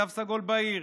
תו סגול בהיר,